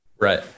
Right